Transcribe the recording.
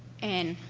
and